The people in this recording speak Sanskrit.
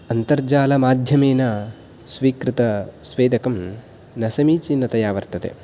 अन्तर्जालमाध्यमेन स्वीकृतस्वेदकं न समीचीनतया वर्तते